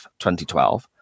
2012